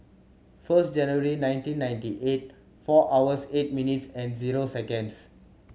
first January nineteen ninety eight four hours eight minutes and zero seconds